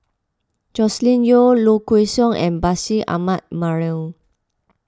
Joscelin Yeo Low Kway Song and Bashir Ahmad Mallal